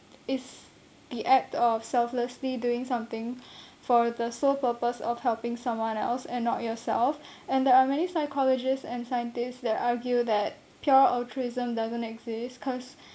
is the act of selflessly doing something for the sole purpose of helping someone else and not yourself and there are many psychologists and scientists that argue that pure altruism doesn't exist because